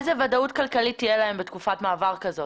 איזו ודאות כלכלית תהיה להם בתקופת מעבר כזאת?